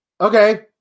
okay